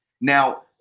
Now